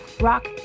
rock